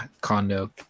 condo